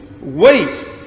Wait